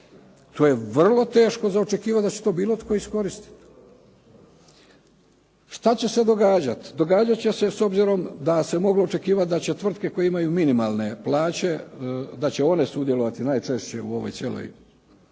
To je vrlo teško za očekivati da će to bilo tko iskoristiti. Šta će se događati? Događat će se s obzirom da se moglo očekivati da će tvrtke koje imaju minimalne plaće da će one sudjelovati najčešće u ovoj cijeloj,